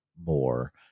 more